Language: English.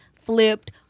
flipped